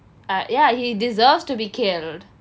ya he deserves to be killed